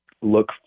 look